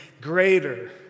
greater